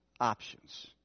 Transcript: options